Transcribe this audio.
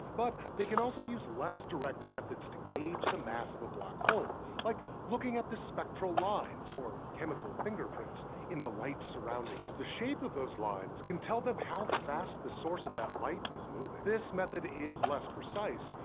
but they can also use less direct methods to gauge the mass of a black hole, like looking at the spectral lines, or chemical fingerprints, in the light surrounding it. the shape of those lines can tell them how fast the source of that light is moving. this method is less precise,